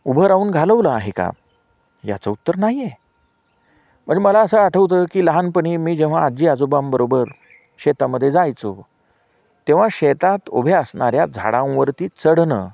उभं राहून घालवलं आहे का याचं उत्तर नाही आहे म्हणजे मला असं आठवतं की लहानपणी मी जेव्हा आजी आजोबाबरोबर शेतामध्ये जायचो तेव्हा शेतात अभ्यासणाऱ्या झाडांवरती चढणं